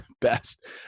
best